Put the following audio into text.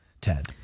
Ted